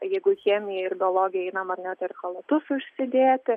jeigu chemiją ir biologiją einam ar ne tai ir chalatus užsidėti